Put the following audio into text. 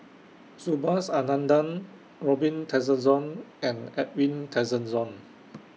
Subhas Anandan Robin Tessensohn and Edwin Tessensohn